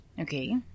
Okay